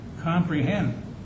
comprehend